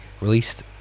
Released